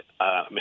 Mr